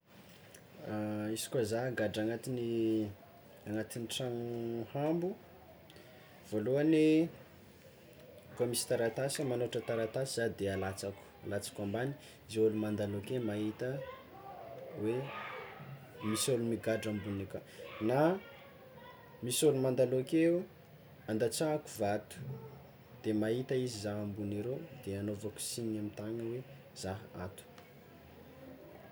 Izy koa zah gadra agnatin'ny tragno ambo, voalohany koa misy taratasy magnoratra taratasy zah alatsako ambany, ze olo mandalo ake mahita hoe misy olo migadra ambony aka na misy ôlo mandalo akeo andatsahako vato de mahita zah ambony eroa de agnaovako signe amy tagnana hoe zah ato.